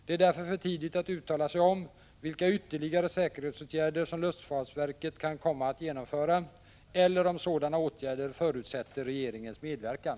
Det är därför för tidigt att uttala sig om vilka ytterligare säkerhetsåtgärder 51 som luftfartsverket kan komma att genomföra eller om sådana åtgärder förutsätter regeringens medverkan.